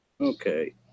Okay